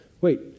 wait